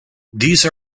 these